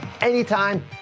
anytime